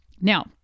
Now